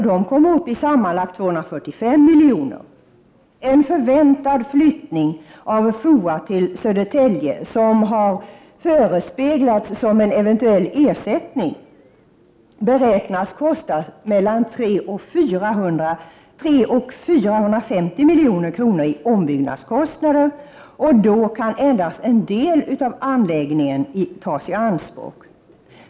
De kommer upp i sammanlagt 245 milj.kr. En förväntad flyttning av FOA till Södertälje, som förespeglats som en eventuell ersättning, beräknas kosta mellan 300 och 450 milj.kr. i ombyggnadskostnader, och då kan endast en del av anläggningen tas i anspråk.